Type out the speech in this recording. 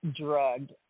drugged